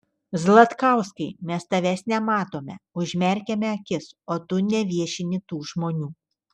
zlatkauskai mes tavęs nematome užmerkiame akis o tu neviešini tų žmonių